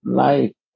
life